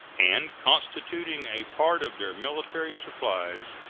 and constituting a part of their military supplies,